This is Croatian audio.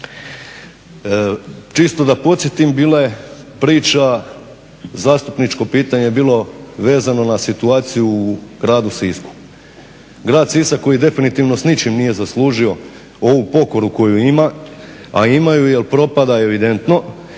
Čisto da podsjetim, zastupničko pitanje je bilo vezano na situaciju u gradu Sisku. Grad Sisak koji definitivno nije s ničim nije zaslužio ovu pokoru koju ima, a ima ju jer propada evidentno